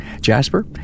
Jasper